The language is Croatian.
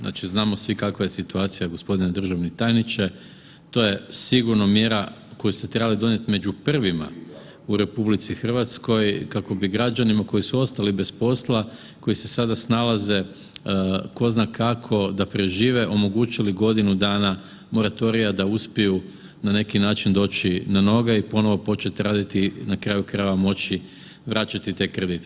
Znači znamo svi kakva je situacija gospodine državni tajniče, to je sigurno mjera koju ste trebali donijeti među prvima u RH kako bi građanima koji su ostali bez posla koji se sada snalaze ko zna kako da prežive omogućili godinu dana moratorija da uspiju na neki način doći na noge i ponovo početi raditi, na kraju krajeva moći vraćati te kredite.